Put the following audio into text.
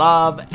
Love